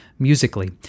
musically